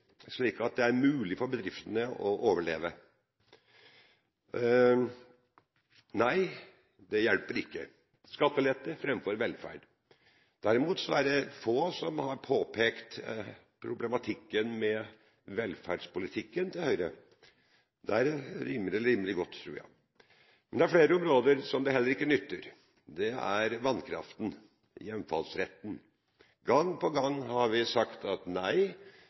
slik at det er mulig for bedriftene å overleve. Det hjelper ikke: skattelette framfor velferd. Derimot er det få som har påpekt problematikken med velferdspolitikken til Høyre. Der rimer det rimelig godt. Men det er flere områder der det heller ikke nytter. Det gjelder vannkraften – hjemfallsretten. Gang på gang har vi sagt: